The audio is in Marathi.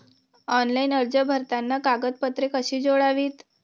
ऑनलाइन अर्ज भरताना कागदपत्रे कशी जोडावीत?